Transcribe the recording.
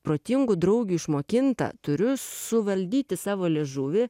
protingų draugių išmokinta turiu suvaldyti savo liežuvį